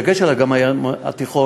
בדגש על אגן הים התיכון,